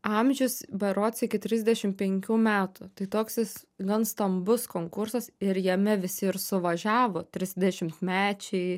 amžius berods iki trisdešim penkių metų tai toks jis gan stambus konkursas ir jame visi ir suvažiavo trisdešimtmečiai